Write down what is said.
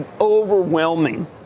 overwhelming